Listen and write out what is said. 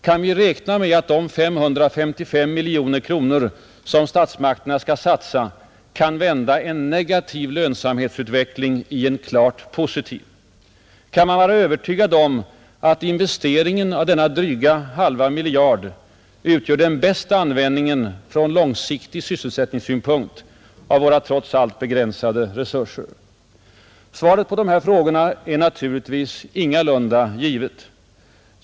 Kan vi räkna med att de 555 miljoner kronor som = Nr 103 statsmakterna skall satsa kan vända en negativ lönsamhetsutveckling i en RA dl å å Onsdagen den klart positiv? Kan man vara övertygad om att investeringen av denna 2 juni 1971 dryga halva miljard utgör den bästa användningen från långsiktig sysselsättningssynpunkt av våra trots allt begränsade resurser? Svaret på — Lån m.m. till frågorna är naturligtvis ingalunda givet.